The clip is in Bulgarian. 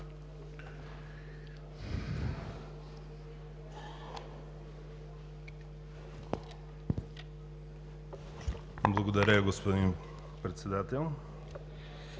Благодаря, господин Председател.